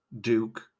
Duke